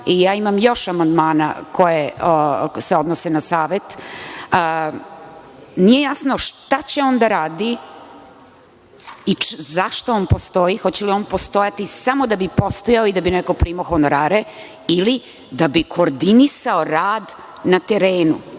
i ja imam još amandmana koji se odnose na Savet, nije jasno šta će on da radi i zašto on postoji? Hoće li on postojati samo da bi postojao i da bi neko primao honorare, ili da bi koordinisao rad na terenu